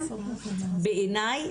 בעיניי,